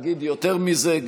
אגיד יותר מזה,